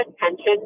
attention